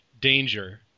danger